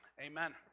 Amen